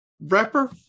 Rapper